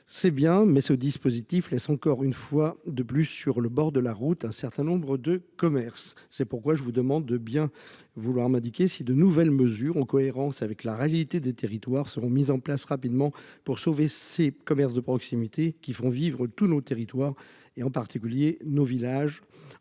c'est bien mais ce dispositif laisse encore une fois de plus sur le bord de la route un certain nombre de commerces. C'est pourquoi je vous demande de bien vouloir m'indiquer si de nouvelles mesures en cohérence avec la réalité des territoires seront mises en place rapidement pour sauver ces commerces de proximité qui font vivre tous nos territoires et en particulier nos villages